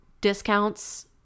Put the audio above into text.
discounts